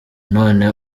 none